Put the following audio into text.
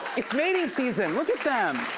it's mating season, look at them.